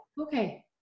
Okay